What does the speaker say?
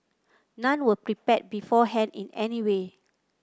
none were prepared beforehand in any way